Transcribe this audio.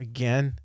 Again